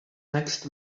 next